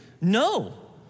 No